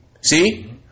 See